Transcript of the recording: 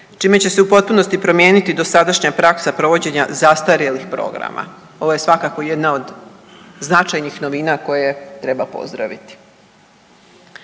čime će se u potpunosti promijeniti dosadašnja praksa provođenja zastarjelih programa. Ovo je svakako jedna od značajnih novina koje treba pozdravi.